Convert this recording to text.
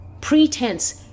pretense